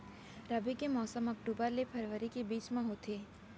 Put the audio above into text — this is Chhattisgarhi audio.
रबी के मौसम अक्टूबर ले फरवरी के बीच मा होथे